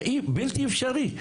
זה בלתי אפשרי.